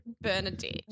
Bernadette